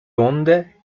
onde